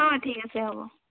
অঁ ঠিক আছে হ'ব